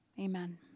amen